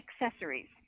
accessories